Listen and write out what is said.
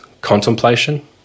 contemplation